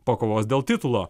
pakovos dėl titulo